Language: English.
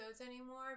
anymore